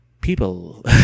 People